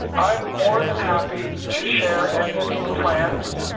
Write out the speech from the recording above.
i'm more than happy to share any of these plans.